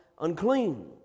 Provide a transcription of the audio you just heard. unclean